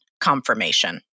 confirmation